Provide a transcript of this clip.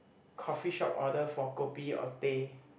coffee shop order for kopi or teh